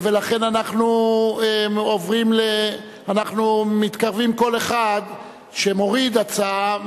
לכן כל אחד שמוריד הצעה,